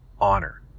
honor